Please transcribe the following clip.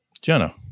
Jenna